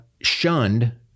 shunned